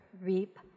reap